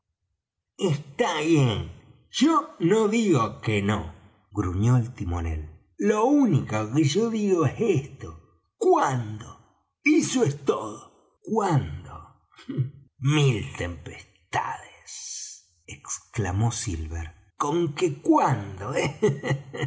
está bien yo no digo que no gruñó el timonel lo único que yo digo es esto cuándo eso es todo cuándo mil tempestades exclamó silver con que cuándo eh